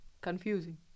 Confusing